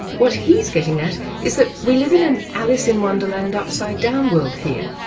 what he's getting at is that we live in an alice-in-wonderland upside down world here.